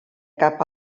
cap